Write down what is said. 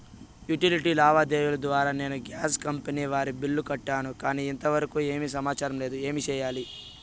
Utility లావాదేవీల ద్వారా నేను గ్యాస్ కంపెని వారి బిల్లు కట్టాను కానీ ఇంతవరకు ఏమి సమాచారం లేదు, ఏమి సెయ్యాలి?